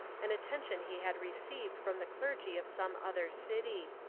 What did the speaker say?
an attention he had received from the clergy of some other city.